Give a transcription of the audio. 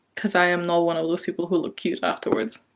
because i am not one of those people who look cute afterwards.